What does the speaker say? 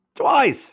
twice